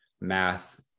math